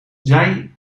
zij